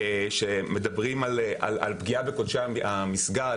כשמדברים על פגיעה בקודשי המסגד,